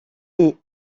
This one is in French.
est